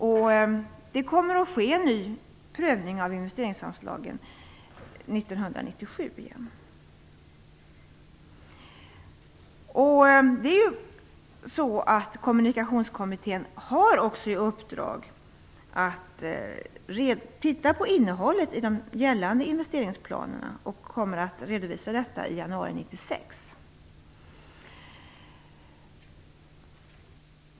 Det kommer återigen att ske en ny prövning av investeringsanslagen 1997. Kommunikationskommittén har också i uppdrag att se på innehållet i de gällande investeringsplanerna, och man kommer att redovisa detta i januari 1996.